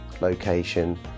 location